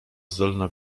zdolna